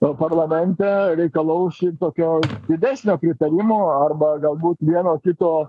parlamente reikalaus tokio didesnio pritarimo arba galbūt vieno kito